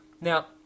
Now